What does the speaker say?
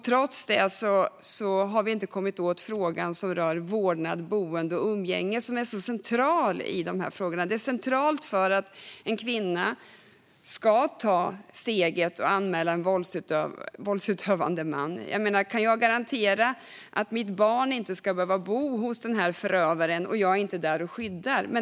Trots det har vi inte kommit åt frågan som rör vårdnad, boende och umgänge, som är så central i det här sammanhanget. Centralt för att en kvinna ska ta steget att anmäla en våldsutövande man är att hon är garanterad att hennes barn inte ska behöva bo hos förövaren utan att hon är där och skyddar barnet.